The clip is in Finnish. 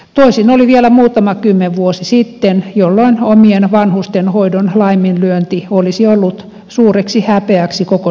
toisin oli vielä muutama vuosikymmen sitten jolloin omien vanhusten hoidon laiminlyönti olisi ollut suureksi häpeäksi koko suvulle